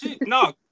No